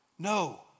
No